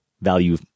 value